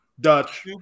Dutch